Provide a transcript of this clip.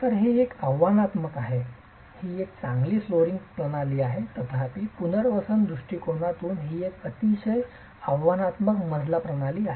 तर हे एक आव्हानात्मक आहे ही एक चांगली फ्लोअरिंग प्रणाली आहे तथापि पुनर्वसन दृष्टीकोनातून ही एक अतिशय आव्हानात्मक मजला प्रणाली आहे